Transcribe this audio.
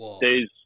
days